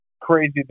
crazy